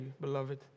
beloved